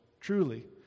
truly